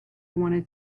wanted